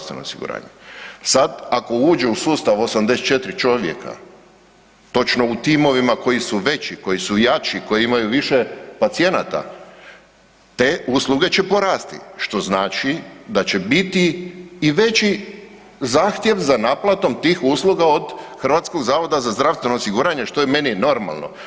Sad ako uđe u sustav 84 čovjeka točno u timovima koji su veći, koji su jači, koji imaju više pacijenata te usluge će porasti što znači da će biti i veći zahtjev za naplatom tih usluga od HZZO-a što je meni normalno.